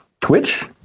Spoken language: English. Twitch